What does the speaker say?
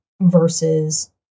versus